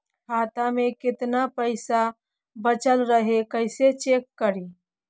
खाता में केतना पैसा बच रहले हे कैसे चेक करी?